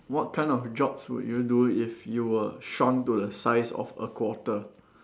what kind of jobs will you do if you were shrunk to the size of a quarter